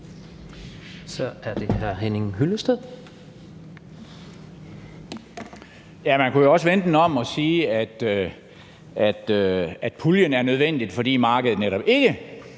Kl. 16:48 Henning Hyllested (EL): Man kunne jo også vende den om og sige, at puljen er nødvendig, fordi markedet netop ikke